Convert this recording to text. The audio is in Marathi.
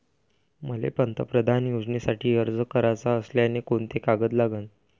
मले पंतप्रधान योजनेसाठी अर्ज कराचा असल्याने कोंते कागद लागन?